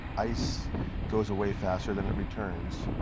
ice goes away faster than it returns.